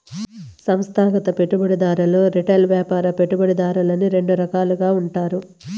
సంస్థాగత పెట్టుబడిదారులు రిటైల్ వ్యాపార పెట్టుబడిదారులని రెండు రకాలుగా ఉంటారు